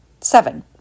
Seven